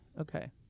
Okay